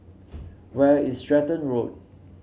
where is Stratton Road